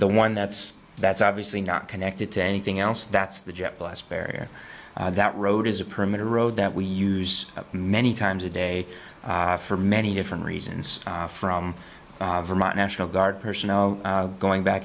the one that's that's obviously not connected to anything else that's the jet blast barrier that road is a permit a road that we use many times a day for many different reasons from vermont national guard personnel going back